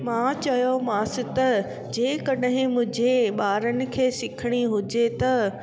मां चयोमांसि त जेकॾहिं मुंजे ॿारनि खे सिखणी हुजे त